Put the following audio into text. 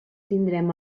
tindrem